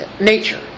Nature